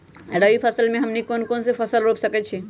रबी फसल में हमनी के कौन कौन से फसल रूप सकैछि?